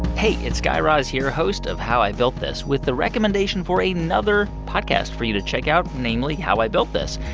hey, it's guy raz here, host of how i built this, with the recommendation for another podcast for you to check out namely, how i built this.